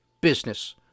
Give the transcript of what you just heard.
business